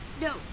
No